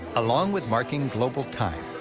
along with marking global time,